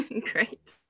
Great